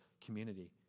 community